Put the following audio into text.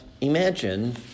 imagine